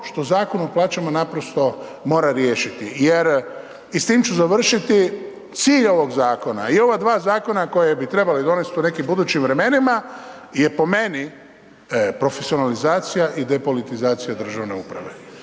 što Zakon o plaćama naprosto mora riješiti, jer i s tim ću završiti. Cilj ovog zakona i ova dva zakona koja bi trebali donesti u nekim budućim vremenima je po meni profesionalizacija i depolitizacija državne uprave.